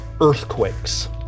earthquakes